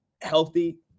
healthy